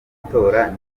amatora